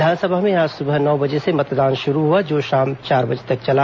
विधानसभा में आज सुबह नौ बजे से मतदान शुरू हुआ जो शाम चार बजे तक चला